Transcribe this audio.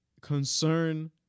concern